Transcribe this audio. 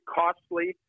costly